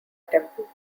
temple